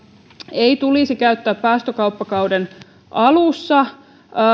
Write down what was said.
ei tulisi käyttää päästökauppakauden alussa